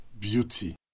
beauty